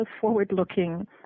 forward-looking